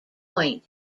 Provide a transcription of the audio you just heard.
point